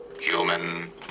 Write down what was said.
Human